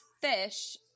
fish